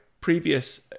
previous